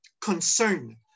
concern